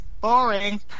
Boring